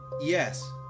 Yes